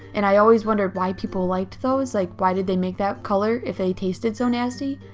and i always wondered why people liked those, like why did they make that color if they tasted so nasty.